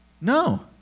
No